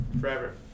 Forever